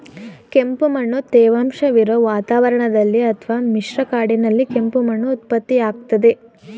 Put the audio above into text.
ಕೆಂಪುಮಣ್ಣು ತೇವಾಂಶವಿರೊ ವಾತಾವರಣದಲ್ಲಿ ಅತ್ವ ಮಿಶ್ರ ಕಾಡಿನಲ್ಲಿ ಕೆಂಪು ಮಣ್ಣು ಉತ್ಪತ್ತಿಯಾಗ್ತದೆ